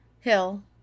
Hill